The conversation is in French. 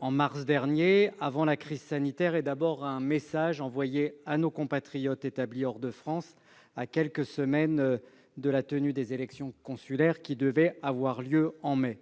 en mars dernier, avant la crise sanitaire, était d'abord un message envoyé à nos compatriotes établis hors de France, à quelques semaines de la tenue des élections consulaires qui devaient avoir lieu en mai.